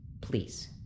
Please